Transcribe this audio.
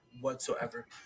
whatsoever